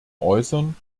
äußern